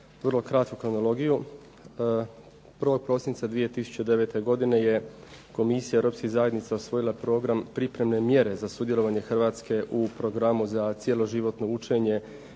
mi vrlo kratku kronologiju. 1. prosinca 2009. godine je Komisija Europskih zajednica usvojila program pripremne mjere za sudjelovanje Hrvatske u programu za cjeloživotno učenje